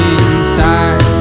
inside